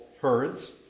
herds